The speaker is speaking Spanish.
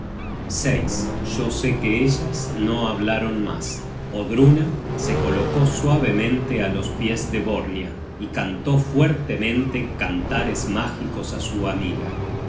nada yo sé que ellas no hablaron mas odruna se colocó suavemente á los pies de borñia y cantó fuertemente cantares mágicos á su amiga